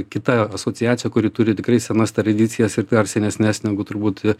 kita asociacija kuri turi tikrai senas tradicijas ir dar senesnes negu turbūt